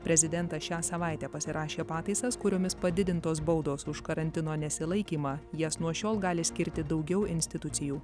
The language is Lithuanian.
prezidentas šią savaitę pasirašė pataisas kuriomis padidintos baudos už karantino nesilaikymą jas nuo šiol gali skirti daugiau institucijų